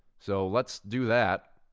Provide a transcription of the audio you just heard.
so let's do that.